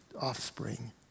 offspring